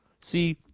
see